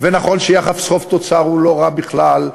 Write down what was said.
ונכון שיחס החוב תוצר הוא לא רע בכלל,